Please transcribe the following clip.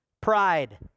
Pride